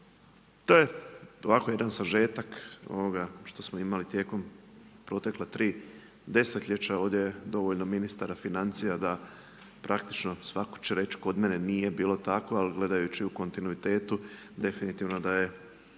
To je ovako jedan sažetke, onoga što smo imali tijekom protekla tri desetljeća. Ovdje je dovoljan ministar financija, da praktičko svatko će reći, kod mene, nije bilo tako, ali gledajući u kontinuitetu, definitivno, da je,